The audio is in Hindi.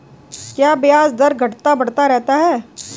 क्या ब्याज दर घटता बढ़ता रहता है?